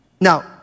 Now